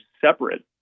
separate